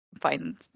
find